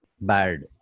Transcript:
bad